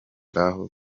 ngaho